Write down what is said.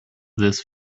this